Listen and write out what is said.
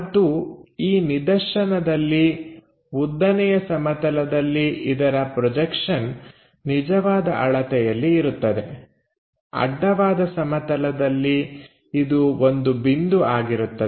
ಮತ್ತು ಈ ನಿದರ್ಶನದಲ್ಲಿ ಉದ್ದನೆಯ ಸಮತಲದಲ್ಲಿ ಇದರ ಪ್ರೊಜೆಕ್ಷನ್ ನಿಜವಾದ ಅಳತೆಯಲ್ಲಿ ಇರುತ್ತದೆ ಅಡ್ಡವಾದ ಸಮತಲದಲ್ಲಿ ಇದು ಒಂದು ಬಿಂದು ಆಗಿರುತ್ತದೆ